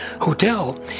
Hotel